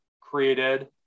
created